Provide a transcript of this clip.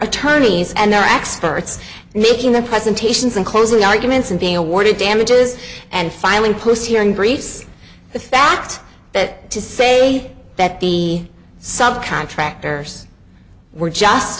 attorneys and their experts making the presentations and closing arguments and being awarded damages and filing posts here in greece the fact that to say that the sub contractors were just